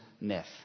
myth